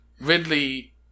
Ridley